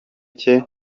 cye